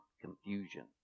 confusion